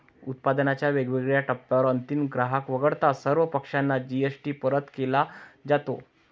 उत्पादनाच्या वेगवेगळ्या टप्प्यांवर अंतिम ग्राहक वगळता सर्व पक्षांना जी.एस.टी परत केला जातो